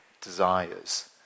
desires